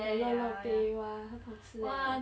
哇很好吃耶